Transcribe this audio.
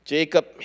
Jacob